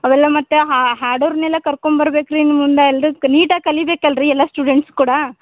ಅವೆಲ್ಲ ಮತ್ತು ಹಾಡೋವ್ರನ್ನೆಲ್ಲ ಕರ್ಕೋಂಬರ್ಬೆಕು ರೀ ಇನ್ನು ಮುಂದೆ ಎಲ್ಲ ನೀಟಾಗಿ ಕಲಿಬೇಕು ಅಲ್ಲಿ ರೀ ಎಲ್ಲ ಸ್ಟುಡೆಂಟ್ಸ್ ಕೂಡ